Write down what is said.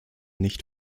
nicht